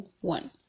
one